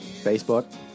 Facebook